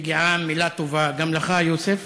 מגיעה מילה טובה גם לך, יוסף.